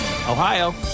Ohio